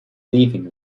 leaving